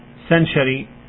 century